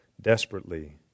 desperately